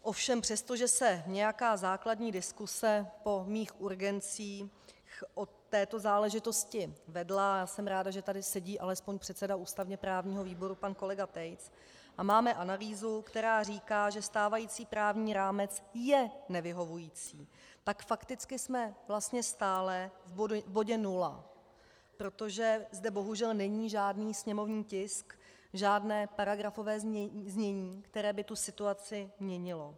Ovšem přestože se nějaká základní diskuse po mých urgencích o této záležitosti vedla jsem ráda, že tady sedí alespoň předseda ústavněprávního výboru pan kolega Tejc a máme analýzu, která říká, že stávající právní rámec je nevyhovující, tak fakticky jsme vlastně stále v bodě nula, protože zde bohužel není žádný sněmovní tisk, žádné paragrafové znění, které by situaci měnilo.